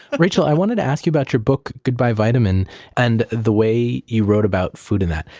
rachel, i wanted to ask you about your book, goodbye vitamin and the way you wrote about food in that.